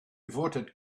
voted